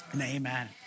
Amen